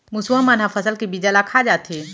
मुसवा मन ह फसल के बीजा ल खा जाथे